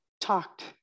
talked